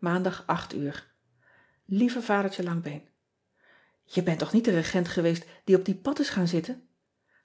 aandag uur ieve adertje angbeen e bent toch niet de regent geweest die op die pad is gaan zitten